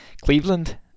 Cleveland